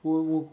我我